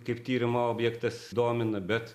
kaip tyrimo objektas domina bet